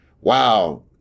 wow